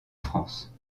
france